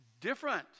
different